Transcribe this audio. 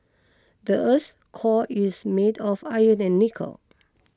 the earth's core is made of iron and nickel